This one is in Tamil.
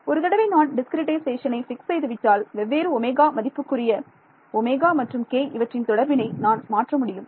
ஒரு தடவை நான் டிஸ்கிரிட்டைசேஷனை ஃபிக்ஸ் செய்து விட்டால் வெவ்வேறு ஒமேகா மதிப்புக்குரிய ω மற்றும் k இவற்றின் தொடர்பினை நான் மாற்ற முடியும்